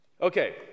Okay